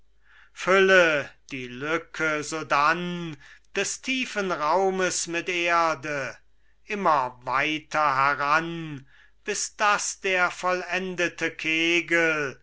fülle die lücke sodann des tiefen raumes mit erde immer weiter heran bis daß der vollendete kegel